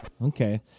Okay